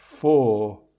Four